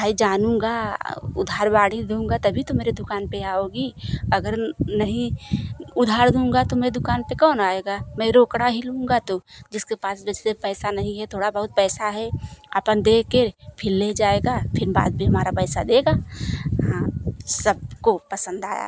जानूँगा उधार बाड़ी दूंगा तभी तो मेरे दूकान पर आओगी अगर नहीं उधार दूँगा तो मेरी दुकान पर कौन आएगा मैं रोकड़ा ही लूँगा तो जिसके पास पैसा नहीं है थोड़ा बहुत पैसा है अपन दे के फ़िर ले जाएगा फ़िर बाद मेरा हमारा पैसा देगा हाँ सबको पसंद आया